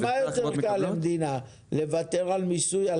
האם יותר קל למדינה לוותר על מיסוי על